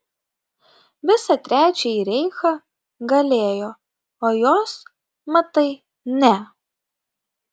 visą trečiąjį reichą galėjo o jos matai ne